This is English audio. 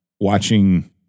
watching